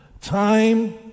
time